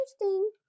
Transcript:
interesting